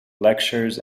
lectures